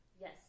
Yes